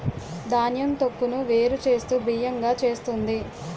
ధాన్యం తొక్కును వేరు చేస్తూ బియ్యం గా చేస్తుంది